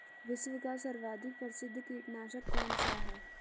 विश्व का सर्वाधिक प्रसिद्ध कीटनाशक कौन सा है?